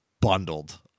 bundled